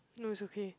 no it's okay